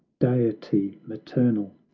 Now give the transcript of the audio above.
deity maternal,